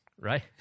right